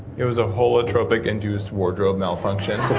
it was a holotropic induced wardrobe malfunction.